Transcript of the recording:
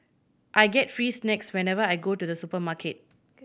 I get free snacks whenever I go to the supermarket